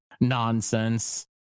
nonsense